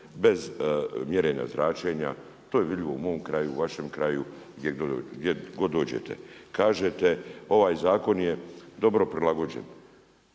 bez mjerenja zračenja. To je vidljivo u mom kraju u vašem kraju gdje god dođete. Kažete ovaj zakon je dobro prilagođen